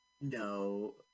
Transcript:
No